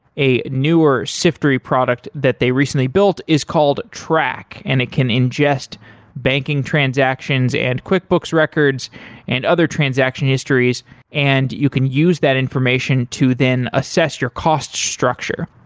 a newer siftery product that they recently built is called track and it can ingest banking transactions and quickbooks records and other transaction histories and you can use that information to then assess your cost structure.